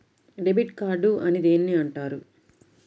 Debit card అని దేనిని అంటారు?